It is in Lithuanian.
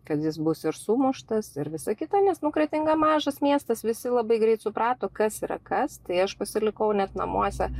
kad jis bus ir sumuštas ir visa kita nes nu kretinga mažas miestas visi labai greit suprato kas yra kas tai aš pasilikau net namuose